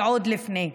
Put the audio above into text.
ועוד לפני.